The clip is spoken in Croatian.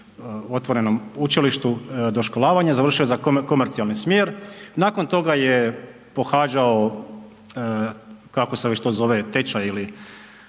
u Otvorenom učilištu doškolavanje, završio za komercijalni smjer. Nakon toga je pohađao, kako se već to zove, tečaj ili,